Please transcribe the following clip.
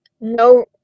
no